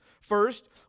First